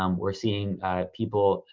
um we're seeing people,